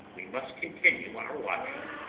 we must continue our watching,